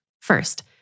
First